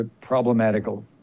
problematical